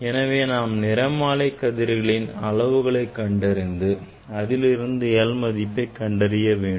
எனவே நாம் நிறமாலை கதிர்களின் அளவுகளை கண்டறிந்து அதில் இருந்து l மதிப்பை கண்டறிய வேண்டும்